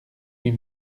huit